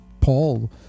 Paul